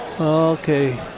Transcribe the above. Okay